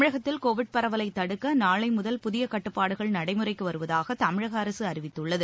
தமிழகத்தில் கோவிட் பரவலை தடுக்க நாளை முதல் புதிய கட்டுப்பாடுகள் நடைமுறைக்கு வருவதாக தமிழக அரசு அறிவித்துள்ளது